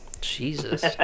Jesus